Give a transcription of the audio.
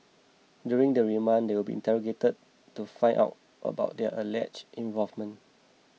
during the remand they will be interrogated to find out about their alleged involvement